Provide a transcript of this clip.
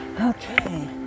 Okay